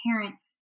parents